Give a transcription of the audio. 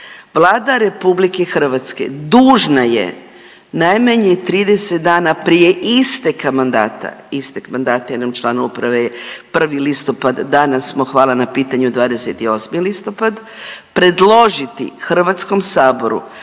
Vlada RH dužna je najmanje 30 dana prije isteka mandata, istek mandata jednom članu Uprave je 1. listopad, danas smo, hvala na pitanju, 28. listopad, predložiti HS-u da